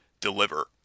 deliver